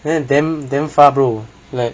damn damn far bro like